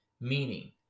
meaning